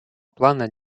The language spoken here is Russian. плана